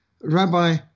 Rabbi